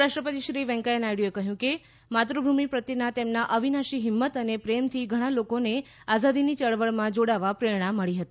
ઉપરાષ્ટ્રપતિ શ્રી વેંકૈયા નાયડુએ કહ્યું કે માતૃભૂમિ પ્રત્યેના તેમના અવિનાશી હિંમત અને પ્રેમથી ઘણા લોકોને આઝાદીની ચળવળમાં જોડાવા પ્રેરણા મળી હતી